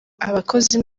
abakozi